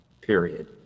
period